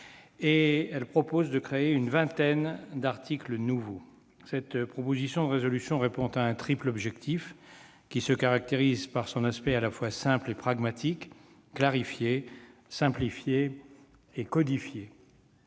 -et tend à créer une vingtaine d'articles nouveaux. Cette proposition de résolution répond à un triple objectif, qui se caractérise par son aspect à la fois simple et pragmatique : clarifier, simplifier et codifier.